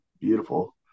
Beautiful